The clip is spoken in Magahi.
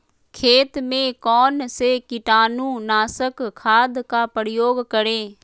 खेत में कौन से कीटाणु नाशक खाद का प्रयोग करें?